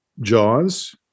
Jaws